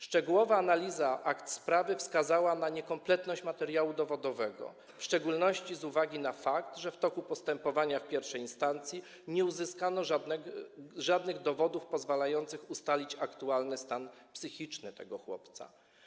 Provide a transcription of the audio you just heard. Szczegółowa analiza akt sprawy wskazała na niekompletność materiału dowodowego, w szczególności z uwagi na fakt, że w toku postępowania w I instancji nie uzyskano żadnych dowodów pozwalających ustalić aktualny stan psychiczny tego chłopca.